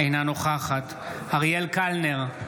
אינה נוכחת אריאל קלנר,